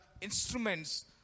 instruments